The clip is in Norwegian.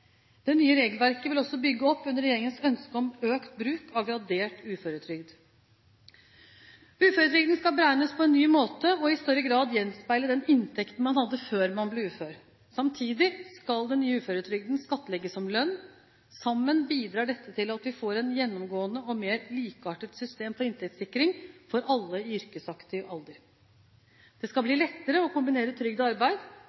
Det nye regelverket vil også bygge opp under regjeringens ønske om økt bruk av gradert uføretrygd. Uføretrygden skal beregnes på en ny måte og i større grad gjenspeile den inntekten man hadde før man ble ufør. Samtidig skal den nye uføretrygden skattlegges som lønn. Sammen bidrar dette til at vi får et gjennomgående og mer likeartet system for inntektssikring for alle i yrkesaktiv alder. Det skal bli lettere å kombinere trygd og arbeid.